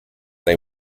they